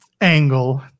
angle